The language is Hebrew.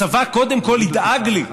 הצבא קודם כול ידאג לי,